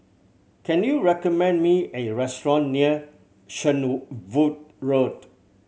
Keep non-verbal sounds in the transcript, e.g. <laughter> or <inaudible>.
can you recommend me A restaurant near <unintelligible> Road